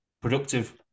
productive